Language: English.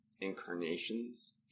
incarnations